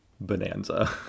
Bonanza